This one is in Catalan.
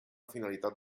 finalitat